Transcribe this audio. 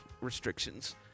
restrictions